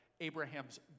Abraham's